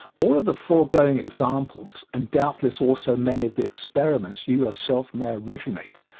all of the foregoing examples, and doubtless also many of the experiments you yourself may originate,